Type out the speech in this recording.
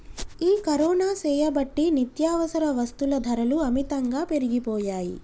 ఈ కరోనా సేయబట్టి నిత్యావసర వస్తుల ధరలు అమితంగా పెరిగిపోయాయి